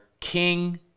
king